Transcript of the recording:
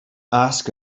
ask